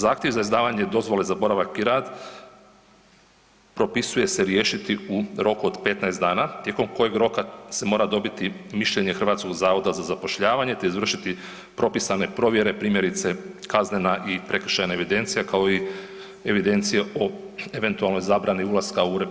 Zahtjev za izdavanje dozvole za boravak i rad propisuje se riješiti u roku od 15 dana tijekom kojeg roka se mora dobiti mišljenje HZZ-a, te izvršiti propisane provjere, primjerice kaznena i prekršajna evidencija, kao i evidencija o eventualnoj zabrani ulaska u RH